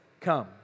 come